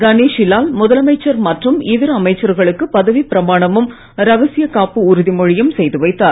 கணேஷிலால் முதலமைச்சர் மற்றும் இதர அமைச்சர்களுக்கு பதவிப் பிரமாணமும் ரகசிய காப்பு உறுதிமொழியும் செய்து வைத்தார்